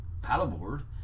paddleboard